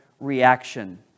reaction